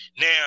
now